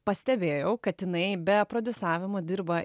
pastebėjau kad jinai be prodiusavimo dirba